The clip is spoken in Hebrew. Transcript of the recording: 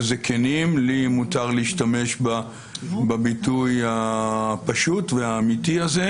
זקנים לי מותר להשתמש בביטוי הפשוט והאמיתי הזה,